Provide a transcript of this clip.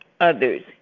others